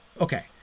Okay